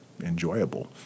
enjoyable